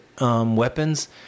weapons